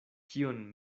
kion